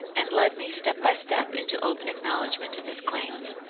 and led me, step by step, into open acknowledgment of his claims.